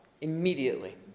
immediately